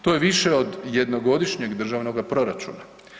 To je više od jednogodišnjeg državnoga proračuna.